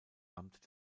amt